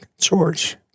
George